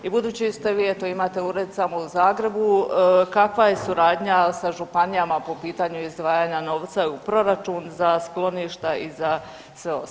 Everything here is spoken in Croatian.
I budući ste vi eto imate ured samo u Zagrebu kakva je suradnja sa županijama po pitanju izdvajanja novca u proračun za skloništa i za sve ostalo?